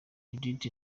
judith